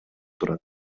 турат